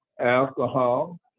alcohol